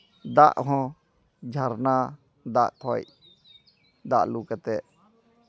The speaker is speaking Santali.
ᱫᱟᱜ ᱦᱚᱸ ᱡᱷᱟᱨᱱᱟ ᱫᱟᱜ ᱠᱷᱚᱡ ᱫᱟᱜ ᱞᱩ ᱠᱟᱛᱮ